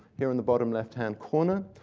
here in the bottom left-hand corner.